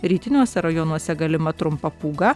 rytiniuose rajonuose galima trumpa pūga